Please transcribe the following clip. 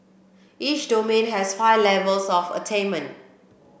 each domain has five levels of attainment